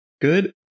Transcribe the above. Good